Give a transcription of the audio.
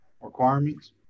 requirements